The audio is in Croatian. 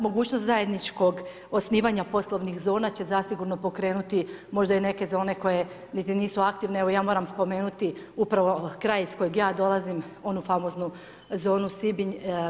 Mogućnost zajedničkog osnivanja poslovnih zona će zasigurno pokrenuti možda i neke za one koje i nisu aktivne, evo ja moram spomenuti upravo kraj iz kojeg ja dolazim, onu famoznu zonu Sibinj.